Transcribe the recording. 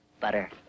Butter